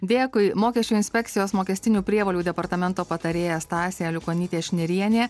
dėkui mokesčių inspekcijos mokestinių prievolių departamento patarėja stasė aliukonytė šnirienė